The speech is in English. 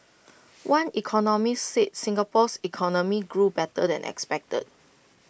one economist said Singapore's economy grew better than expected